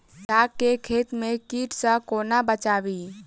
साग केँ खेत केँ कीट सऽ कोना बचाबी?